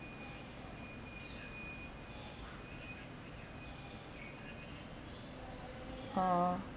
oh